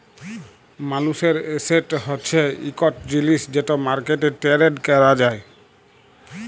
মালুসের এসেট হছে ইকট জিলিস যেট মার্কেটে টেরেড ক্যরা যায়